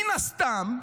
מן הסתם,